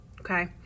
okay